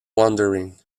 wandering